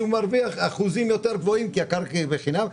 מרוויח אחוזים יותר גבוהים כי הקרקע היא בחינם,